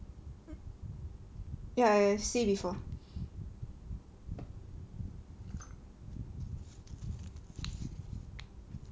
ya I see before